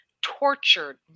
tortured